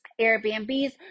Airbnbs